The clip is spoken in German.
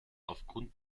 aufgrund